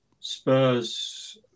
Spurs